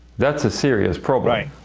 that's a serious problem.